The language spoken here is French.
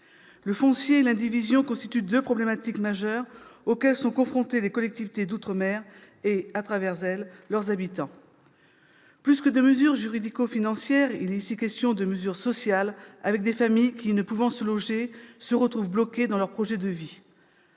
Le foncier et l'indivision constituent deux problématiques majeures auxquelles sont confrontées les collectivités d'outre-mer et, à travers elles, leurs populations. Plus que de mesures juridico-financières, il est ici question de mesures sociales, avec des familles qui, ne pouvant se loger, se retrouvent bloquées dans leurs projets de vie.